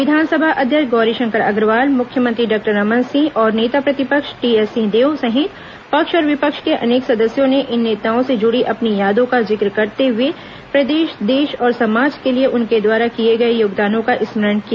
विधानसभा अध्यक्ष गौरीशंकर अग्रवाल मुख्यमंत्री डॉक्टर रमन सिंह और नेता प्रतिपक्ष टीएस सिंहदेव सहित पक्ष और विपक्ष के अनेक सदस्यों ने इन र्नताओं से जुड़ी अपनी यादों का जिक्र करते हुए प्रदेश देश और समाज के लिए उनके द्वारा किए गए योगदानों का स्मरण किया